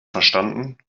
verstanden